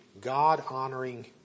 God-honoring